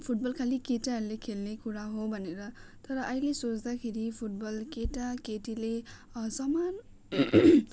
football खालि केटाहरूले खेल्ने कुरा हो भनेर तर अहिले सोच्दाखेरि फुटबल केटाकेटीले समान